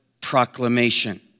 proclamation